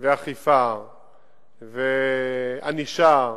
אכיפה וענישה.